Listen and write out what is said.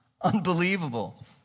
Unbelievable